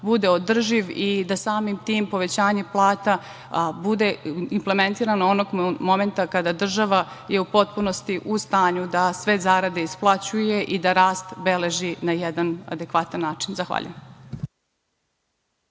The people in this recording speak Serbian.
bude održiv i da samim tim povećanje plata bude implementirano onog momenta kada je država u stanju da sve zarade isplaćuje i da rast beleži na jedan adekvatan način. Zahvaljujem.